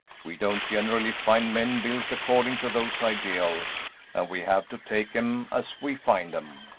we don't generally find men built according to those ideals, and we have to take em as we find em.